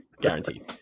Guaranteed